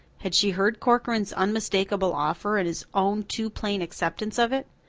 had she heard corcoran's unmistakable offer and his own too plain acceptance of it?